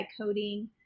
coding